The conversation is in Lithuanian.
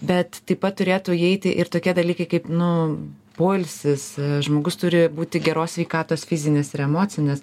bet taip pat turėtų įeiti ir tokie dalykai kaip nu poilsis žmogus turi būti geros sveikatos fizinės ir emocinės